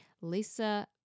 Lisa